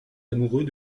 amoureux